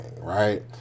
right